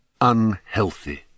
unhealthy